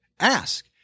ask